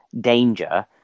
danger